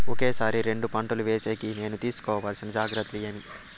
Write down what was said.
ఒకే సారి రెండు పంటలు వేసేకి నేను తీసుకోవాల్సిన జాగ్రత్తలు ఏమి?